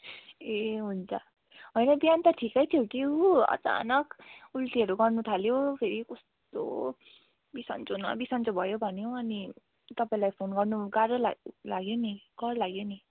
ए हुन्छ होइन बिहान त ठिकै थियो कि उ अचानक उल्टीहरू गर्नु थाल्यो फेरि कस्तो बिसन्चो न बिसन्चो भयो भन्यो अनि तपाईँलाई फोन गर्नु गाह्रो ला लाग्यो नि कर लाग्यो नि